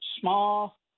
small